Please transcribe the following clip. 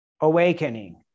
awakening